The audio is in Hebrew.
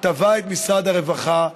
ותבע את משרד הרווחה,